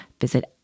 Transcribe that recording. visit